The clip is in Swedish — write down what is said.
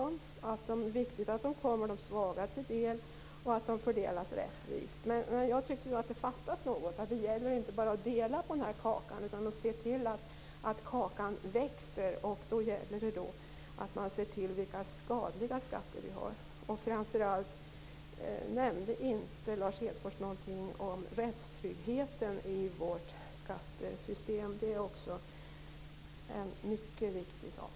Han sade att det är viktigt att de kommer de svaga till del och att de fördelas rättvist. Men jag tyckte att det fattas något. Det gäller inte bara att dela på kakan. Man måste också se till att kakan växer, och då gäller det att se vilka skadliga skatter vi har. Framför allt nämnde inte Lars Hedfors något om rättstryggheten i vårt skattesystem. Det är också en mycket viktig sak.